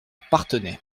parthenay